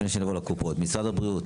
שנייה, לפני שאני עובר לקופות, משרד הבריאות?